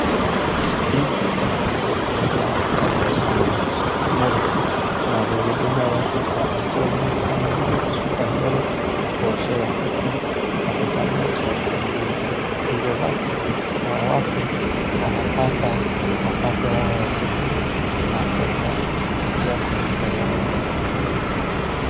Siku hizi watu hufungua ata biashara ya kusuka nywele na hudumia watu kwa njia nyingingi kama vile kusuka nywele, kuoshewa kichwa na kufanyiwa usafi zingine. Hivyo basi hawa watu wanapata mapato yao ya siku na pesa kupitia kwa hii kazi wayofanya.